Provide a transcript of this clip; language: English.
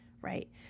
right